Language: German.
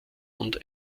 und